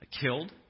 killed